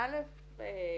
אוקיי.